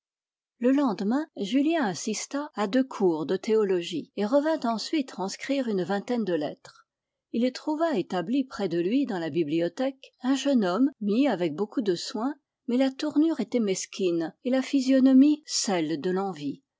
le lendemain julien assista à deux cours de théologie et revint ensuite transcrire une vingtaine de lettres il trouva établi près de lui dans la bibliothèque un jeune homme mis avec beaucoup de soin mais la tournure était mesquine et la physionomie celle de l'envie